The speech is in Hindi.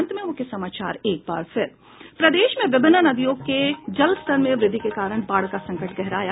और अब अंत में मुख्य समाचार प्रदेश में विभिन्न नदियों के जलस्तर में वृद्धि के कारण बाढ़ का संकट गहराया